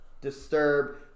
disturb